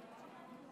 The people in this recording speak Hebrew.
במליאה?